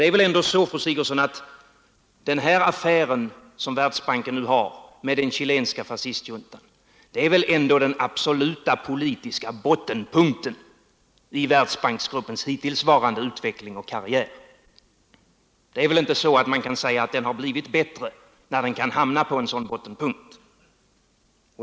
Det är väl ändå så, fru Sigurdsen, att den affär som Världsbanken nu har med den chilenska fascistjuntan markerar den absoluta politiska bottenpunkten i Världsbanksgruppens hittillsvarande utveckling och karriär. Man kan väl inte säga att den blivit bättre när den kan hamna på en sådan bottennivå.